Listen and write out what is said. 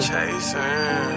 Chasing